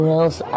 else